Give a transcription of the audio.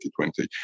2020